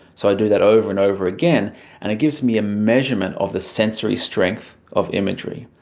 so i do that over and over again and it gives me a measurement of the sensory strength of imagery.